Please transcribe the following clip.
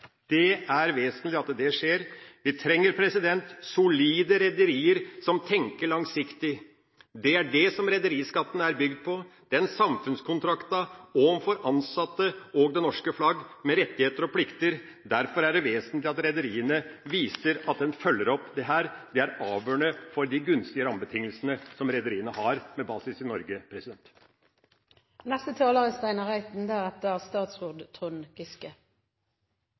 Det er vesentlig at det skjer. Vi trenger solide rederier som tenker langsiktig. Det er det rederiskatten er bygd på: den samfunnskontrakten overfor ansatte og det norske flagg, med rettigheter og plikter. Derfor er det vesentlig at rederiene viser at de følger opp dette. Det er avgjørende for de gunstige rammebetingelsene som rederiene har med base i Norge. Det er